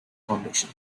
foundation